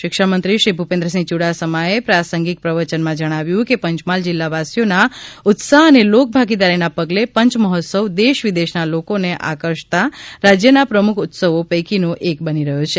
શિક્ષણ મંત્રીશ્રી ભૂપેન્દ્રસિંહ યુડાસમાએ પ્રાસંગિક પ્રવચનમાં જણાવ્યું હતું કે પંચમહાલ જિલ્લાવાસીઓના ઉત્સાહ અને લોકભાગીદારીના પગલે પંચમહોત્સવ દેશ વિદેશના લોકોને આકર્ષતા રાજ્યના પ્રમુખ ઉત્સવો પૈકીનો એક બની રહ્યો છે